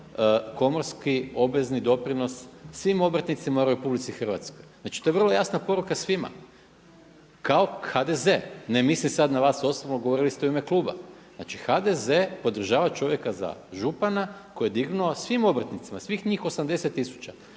komorski obvezni doprinos svim obrtnicima u RH. Znači, to je vrlo jasna poruka svima. Kao HDZ ne mislim sad na vas osobno, govorili ste u ime kluba, znači HDZ podržava čovjeka za župana koji je dignuo svim obrtnicima, svih njih 80000